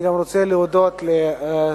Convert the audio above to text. אני גם רוצה להודות לשרים,